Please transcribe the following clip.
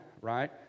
right